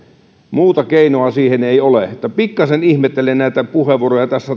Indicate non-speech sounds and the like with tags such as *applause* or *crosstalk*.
muuta keinoa siihen ei ole että pikkasen ihmettelen näitä puheenvuoroja tässä *unintelligible*